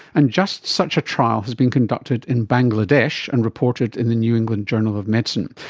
and just such a trial has been conducted in bangladesh and reported in the new england journal of medicine.